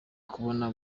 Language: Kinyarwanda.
kubona